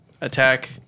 Attack